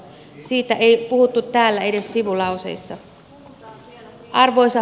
siitä ei puhuttu täällä edes sivulauseissa